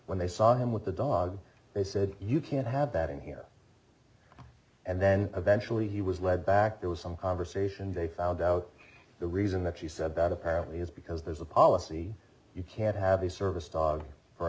when they saw him with the dog they said you can't have that in here and then eventually he was led back there was some conversation they found out the reason that she said about apparently is because there's a policy you can't have a